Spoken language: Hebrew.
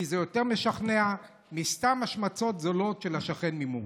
כי זה יותר משכנע מסתם השמצות זולות של השכן ממול.